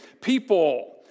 People